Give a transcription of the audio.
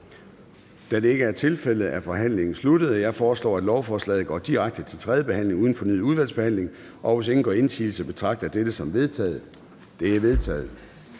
undtagelse af SIU)? De er vedtaget. Jeg foreslår, at lovforslaget går direkte til tredje behandling uden fornyet udvalgsbehandling. Hvis ingen gør indsigelse mod dette, betragter jeg det som vedtaget. Det er vedtaget.